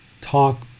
talk